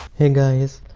hey guys!